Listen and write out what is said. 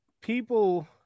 people